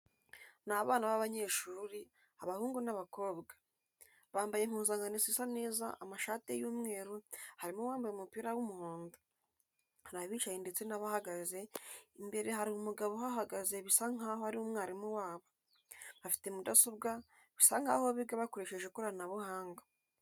Ni abana b'abanyeshuri, abahungu n'abakobwa. Bambaye impuzankano zisa neza, amashati y'umweru, harimo uwambaye umupira w'umuhondo. Hari abicaye ndetse n'abahagaze, imbere hari umugabo uhahagaze bisa nkaho ari umwarimu wabo. Bafite mudasobwa bisa nkaho biga bakoresheje ikoranabuhanga.